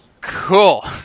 cool